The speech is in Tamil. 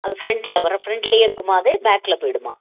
அது ஃப்ரண்டில் வர்ற ஃப்ரண்ட்லேயே இருக்குமா அது பேக்கில் போய்விடுமா